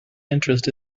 interest